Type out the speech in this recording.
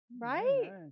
Right